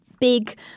big